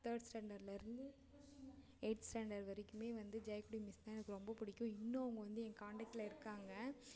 third ஸ்டாண்டர்ட்லேருந்து eighth standard வரைக்குமே வந்து ஜெயக்கொடி மிஸ் தான் எனக்கு ரொம்ப பிடிக்கும் இன்னும் அவங்க வந்து என் காண்டாக்டில் இருக்காங்க